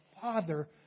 Father